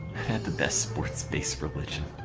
had the best sports based religion